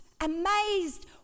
amazed